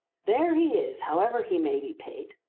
there he is, however he may be paid.